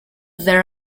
there